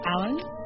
Alan